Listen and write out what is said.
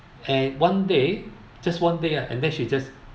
and one day just one day ah and then she just